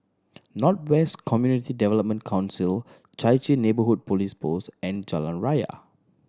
North West Community Development Council Chai Chee Neighbourhood Police Post and Jalan Raya